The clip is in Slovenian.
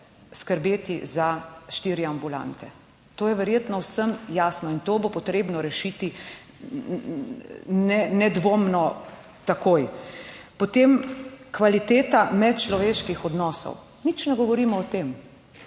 skrbeti za štiri ambulante, to je verjetno vsem jasno in to bo potrebno rešiti nedvomno takoj. Potem kvaliteta medčloveških odnosov, nič ne govorimo o tem,